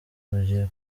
rugiye